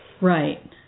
Right